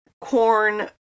corn